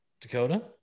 Dakota